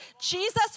Jesus